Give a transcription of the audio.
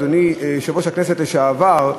אדוני יושב-ראש הכנסת לשעבר,